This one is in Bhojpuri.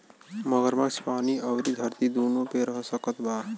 मगरमच्छ पानी अउरी धरती दूनो पे रह सकत बा